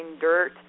dirt